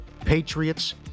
Patriots